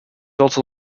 also